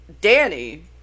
Danny